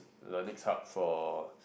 the next hub for